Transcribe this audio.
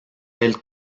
elle